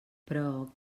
però